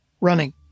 running